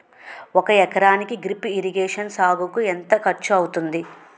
ఒక ఎకరానికి drip irrigation సాగుకు ఎంత ఖర్చు అవుతుంది?